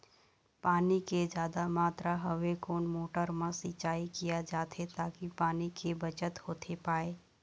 पानी के जादा मात्रा हवे कोन मोटर मा सिचाई किया जाथे ताकि पानी के बचत होथे पाए?